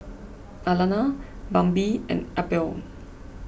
Alana Bambi and Albion